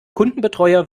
kundenbetreuer